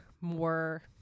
more